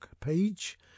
page